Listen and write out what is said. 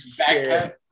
backpack